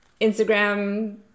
Instagram